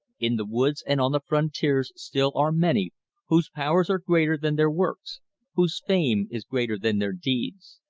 in the woods and on the frontier still are many whose powers are greater than their works whose fame is greater than their deeds.